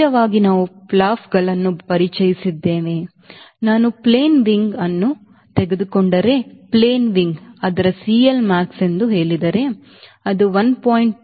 ಸಡಿಲವಾಗಿ ನಾವು ಫ್ಲಾಪ್ಗಳನ್ನು ಪರಿಚಯಿಸಿದ್ದೇವೆ ನಾನು ಪ್ಲೇನ್ ವಿಂಗ್ ಅನ್ನು ತೆಗೆದುಕೊಂಡರೆ ಪ್ಲೇನ್ ವಿಂಗ್ ಅದರ CLmax ಎಂದು ಹೇಳಿದರೆ ಅದು 1